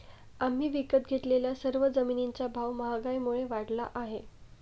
आम्ही विकत घेतलेल्या सर्व जमिनींचा भाव महागाईमुळे वाढला आहे